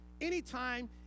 anytime